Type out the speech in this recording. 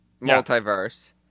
multiverse